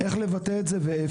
איך לבטא את זה ואיפה.